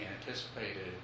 anticipated